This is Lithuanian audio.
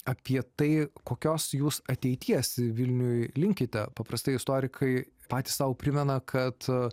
apie tai kokios jūs ateities vilniuj linkite paprastai istorikai patys sau primena kad